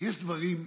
יש דברים,